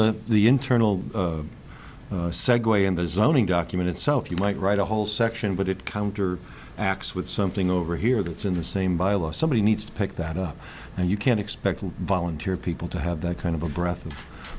the the internal segue in the zoning document itself you might write a whole section but it counter acts with something over here that's in the same by law somebody needs to pick that up and you can expect a volunteer people to have that kind of a breath